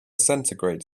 centigrade